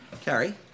Carrie